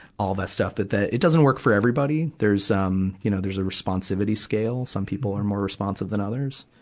all that stuff. but that, it doesn't work for everybody. there's, um, you know, there's a responsivity scale some people are more responsive than others.